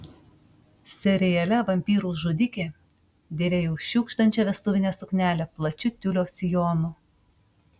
seriale vampyrų žudikė dėvėjau šiugždančią vestuvinę suknelę plačiu tiulio sijonu